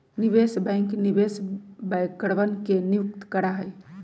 निवेश बैंक निवेश बैंकरवन के नियुक्त करा हई